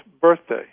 birthday